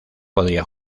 podría